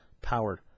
powered